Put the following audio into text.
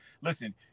Listen